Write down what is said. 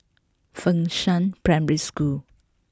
Fengshan Primary School